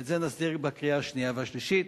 את זה נסדיר בקריאה השנייה והשלישית.